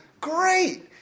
great